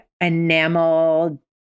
enamel